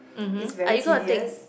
mmhmm are you going to take